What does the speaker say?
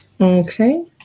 Okay